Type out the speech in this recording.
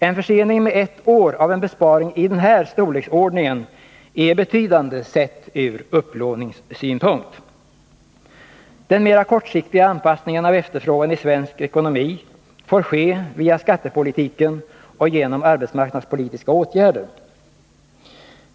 En försening med ett år av en besparing i denna storleksordning är betydande, sett ur upplåningssynpunkt. Den mera kortsiktiga anpassningen av efterfrågan i svensk ekonomi får ske via skattepolitiken och genom arbetsmarknadspolitiska åtgärder.